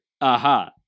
aha